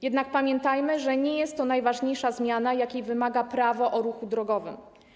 Jednak pamiętajmy, że nie jest to najważniejsza zmiana, jakiej wymaga Prawo o ruchu drogowym.